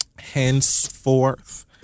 henceforth